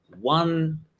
one